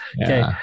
Okay